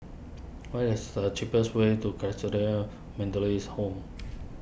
what is the cheapest way to Methodist Home